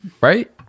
Right